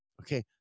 Okay